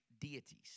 deities